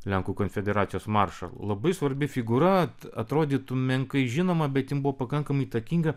lenkų konfederacijos maršalu labai svarbi figūra atrodytų menkai žinoma bet jin buvo pakankamai įtakinga